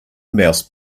mouse